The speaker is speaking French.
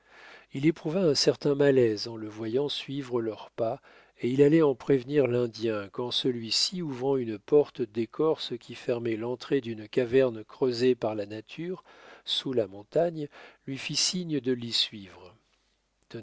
il éprouva un certain malaise en le voyant suivre leurs pas et il allait en prévenir l'indien quand celui-ci ouvrant une porte d'écorce qui fermait l'entrée d'une caverne creusée par la nature sous la montagne lui fit signe de l'y suivre